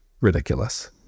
ridiculous